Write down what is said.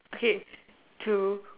okay two